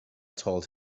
told